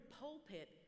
pulpit